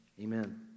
Amen